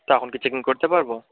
তো এখন কি চেক ইন করতে পারব